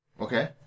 Okay